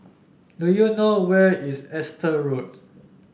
do you know where is Exeter Road